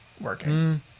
working